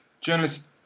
journalists